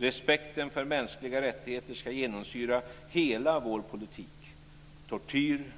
Respekten för mänskliga rättigheter ska genomsyra hela vår politik. Tortyr,